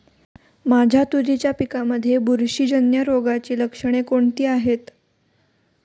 माझ्या तुरीच्या पिकामध्ये बुरशीजन्य रोगाची लक्षणे कोणती आहेत?